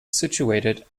situated